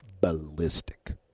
ballistic